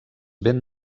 ben